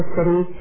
City